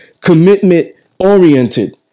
commitment-oriented